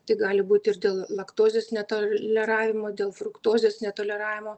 tai gali būti ir dėl laktozės netoleravimo dėl fruktozės netoleravimo